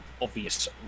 obvious